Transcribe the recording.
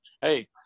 hey